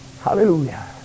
Hallelujah